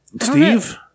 Steve